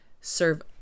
serve